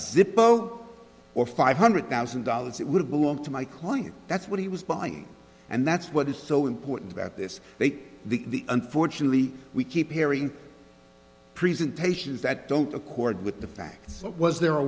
zippo or five hundred thousand dollars it would belong to my client that's what he was buying and that's what is so important about this they the unfortunately we keep hearing presentations that don't accord with the facts what was there a